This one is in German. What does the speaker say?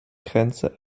grenze